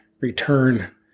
return